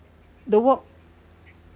the walk